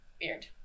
Weird